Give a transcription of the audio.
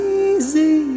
easy